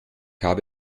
habe